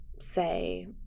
say